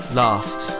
last